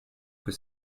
que